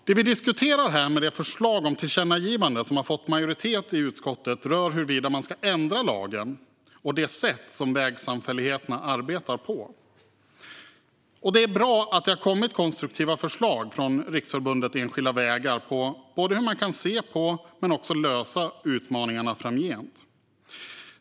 Det vi diskuterar här, med det förslag om tillkännagivande som har fått majoritet i utskottet, rör huruvida man ska ändra lagen och det sätt som vägsamfälligheterna arbetar på. Det är bra att det har kommit konstruktiva förslag från Riksförbundet Enskilda Vägar på hur man kan se på och lösa utmaningarna framgent.